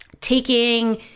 taking